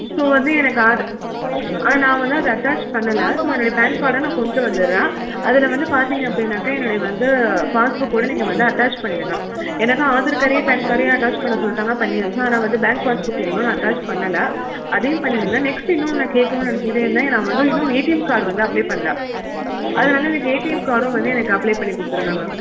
so வந்து எனக்கு ஆத நான் வந்து அதை அட்டேச் பண்ணலை ஸோ என்னுடைய பேன் கார்டை நான் கொண்டு வந்துடறேன் அதில் வந்து பார்த்திங்க அப்படின்னாக்க என்னுடைய வந்து பாஸ்புக்கோடய நீங்கள் வந்து அட்டேச் பண்ணிவிடுங்க ஏன்னாக்க ஆதார் கார்டையும் பேன் கார்டையும் அட்டேச் பண்ண சொல்லிட்டாங்க பண்ணியாச்சு ஆனால் வந்து பேங்க் பாஸ்புக்கில் இன்னும் நான் அட்டேச் பண்ணலை அதையும் பண்ணிவிடுங்க நெக்ஸ்ட்டு இன்னொன்று நான் கேட்கணும்னு நெனைச்சுகிட்டே இருந்தேன் நான் வந்து இன்னும் ஏடிஎம் கார்ட் வந்து அப்ளே பண்ணலை அதனால் எனக்கு ஏடிஎம் கார்டும் வந்து எனக்கு அப்ளே பண்ணி கொடுத்துடுங்க மேம்